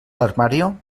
armario